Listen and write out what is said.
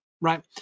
right